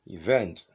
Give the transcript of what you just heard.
event